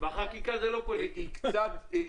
החקיקה יותר רחבה.